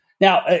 Now